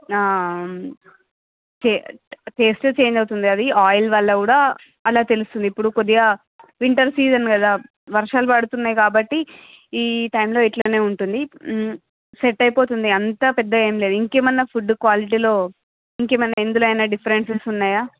చే taste change అవుతుంది అది ఆయిల్ వల్ల కూడా అలా తెలుస్తుంది ఇప్పుడు కొద్దిగా వింటర్ సీజన్ కదా వర్షాలు పడుతున్నాయి కాబట్టి ఈ టైంలో ఇట్లనే ఉంటుంది సెట్ అయిపోతుంది అంత పెద్ద ఏం లేదు ఇంకేమన్నా ఫుడ్డు క్వాలిటీలో ఇంకేమన్నా ఇందులో ఏమన్నా డిఫరెన్సెస్ ఉన్నాయా